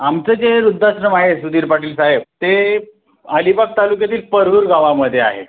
आमचं जे वृद्धाश्रम आहे सुधीर पाटील साहेब ते अलिबाग तालुक्यातील परूर गावामध्ये आहे